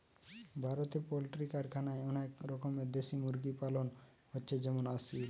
ভারতে পোল্ট্রি কারখানায় অনেক রকমের দেশি মুরগি পালন হচ্ছে যেমন আসিল